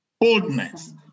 boldness